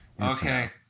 Okay